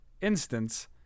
instance